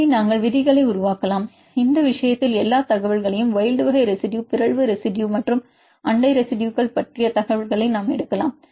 எனவே நாங்கள் விதிகளை உருவாக்கலாம் இந்த விஷயத்தில் எல்லா தகவல்களையும் வைல்ட் வகை ரெசிடுயு பிறழ்வு ரெசிடுயுகள் மற்றும் அண்டை ரெசிடுயுகள் பற்றிய தகவல்களை நாம் எடுக்கலாம்